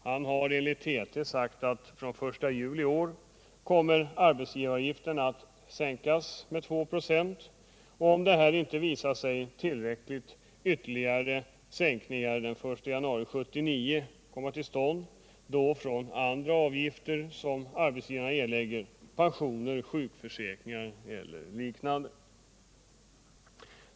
Han har enligt TT sagt att arbetsgivaravgiften den I juli i år kommer att sänkas med 2 26, och om detta inte visar sig tillräckligt sker ytterligare sänkningar den 1 januari 1979, då beträffande andra avgifter som arbetsgivare erlägger, pensionsavgifter, sjukförsäkringsavgifter eller liknande.